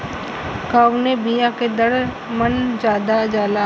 कवने बिया के दर मन ज्यादा जाला?